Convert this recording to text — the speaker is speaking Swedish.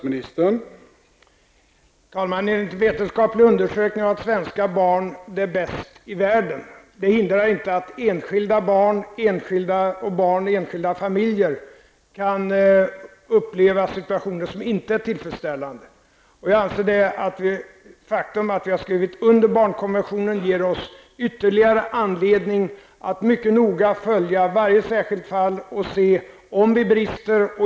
Herr talman! Enligt en vetenskaplig undersökning har svenska barn det bäst av alla barn i världen. Det hindrar inte att enskilda barn eller barn i enskilda familjer kan uppleva situationer som inte är tillfredsställande. Jag anser att det faktum att vi har skrivit under FN-konventionen om barnens rättigheter gör att vi har ytterligare anledning att mycket noga följa varje särskilt fall och se om vi brister.